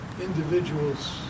individuals